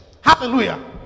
hallelujah